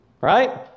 right